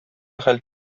хәл